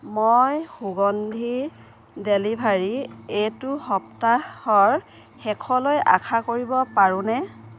মই সুগন্ধিৰ ডেলিভাৰী এইটো সপ্তাহৰ শেষলৈ আশা কৰিব পাৰোঁনে